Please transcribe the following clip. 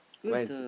where is it